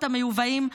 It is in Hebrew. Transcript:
המיובאים,